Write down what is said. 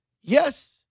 Yes